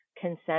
consent